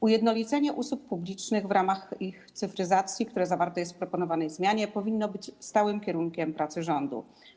Ujednolicenie usług publicznych w ramach ich cyfryzacji, które zawarte jest w proponowanej zmianie, powinno być stałym kierunkiem pracy rządu.